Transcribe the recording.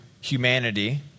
humanity